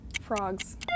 Frogs